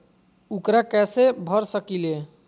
ऊकरा कैसे भर सकीले?